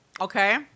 Okay